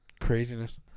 craziness